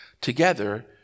together